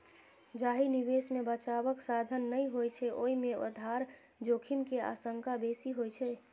जाहि निवेश मे बचावक साधन नै होइ छै, ओय मे आधार जोखिम के आशंका बेसी होइ छै